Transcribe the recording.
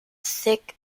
thick